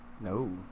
No